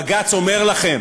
בג"ץ אומר לכם